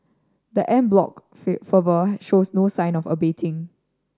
the en bloc fervour shows no sign of abating